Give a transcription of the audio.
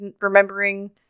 remembering